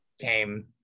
came